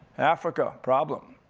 africa, problem.